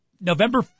November